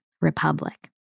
republic